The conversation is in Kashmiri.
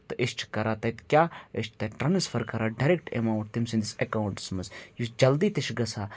أسۍ چھِ کَران تَتہِ کیٛاہ أسۍ چھِ تَتہِ ٹرٛانَسفَر کَران ڈَرٮ۪کٹ ایماوُنٹ تٔمۍ سٕنٛدِس اٮ۪کاوُنٛٹَس منٛز یُس جلدی تہِ چھِ گژھان